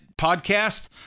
podcast